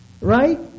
Right